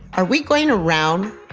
are we going around?